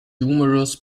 humorous